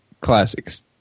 classics